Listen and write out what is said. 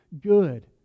good